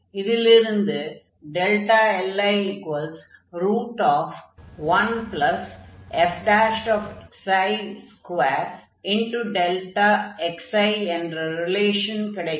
இதிலிருந்து li1fi2Δxi என்ற ரிலேஷன் கிடைக்கும்